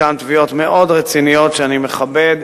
חלקן תביעות מאוד רציניות שאני מכבד,